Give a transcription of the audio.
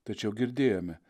tačiau girdėjome